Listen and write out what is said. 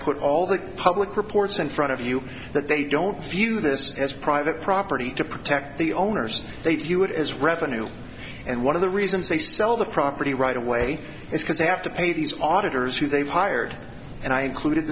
put all the public reports in front of you that they don't view this as private property to protect the owners they view it as revenue and one of the reasons they sell the property right away is because they have to pay these auditors who they've hired and i included